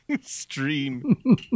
stream